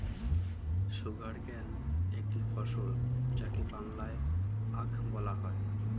sugarcane একটি ফসল যাকে বাংলায় আখ বলা হয়